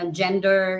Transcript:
gender